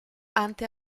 ante